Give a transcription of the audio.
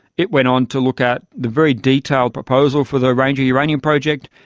it went on to look at the very detailed proposal for the ranger uranium project.